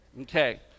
Okay